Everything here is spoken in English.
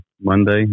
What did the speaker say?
Monday